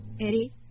Eddie